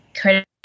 credit